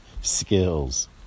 skills